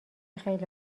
خیلی